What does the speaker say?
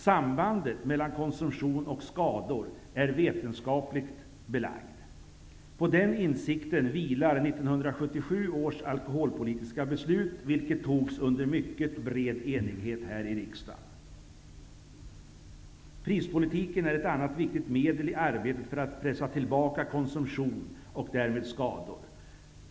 Sambandet mellan konsumtion och skador är vetenskapligt belagt. På den insikten vilar 1977 års alkoholpolitiska beslut, vilket togs under mycket bred enighet här i riksdagen. Prispolitiken är ett annat viktigt medel i arbetet för att pressa tillbaka konsumtion och därmed skador.